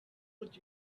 would